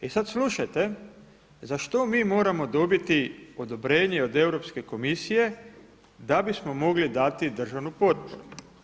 E sad slušajte za što mi moramo dobiti odobrenje od Europske komisije da bismo mogli dati državnu potporu.